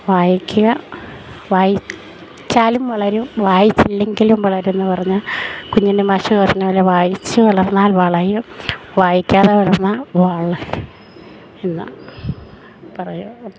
വായിക്കുക വായിച്ചാലും വളരും വായിച്ചില്ലെങ്കിലും വളരും എന്ന് പറഞ്ഞ കുഞ്ഞുണ്ണി മാഷ് പറഞ്ഞ പോലെ വായിച്ച് വളർന്നാൽ വളയും വായിക്കാതെ വളർന്നാൽ വള എന്ന്